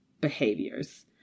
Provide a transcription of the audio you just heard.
behaviors